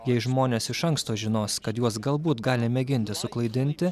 jei žmonės iš anksto žinos kad juos galbūt gali mėginti suklaidinti